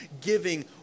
giving